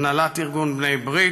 הנהלת ארגון בני ברית,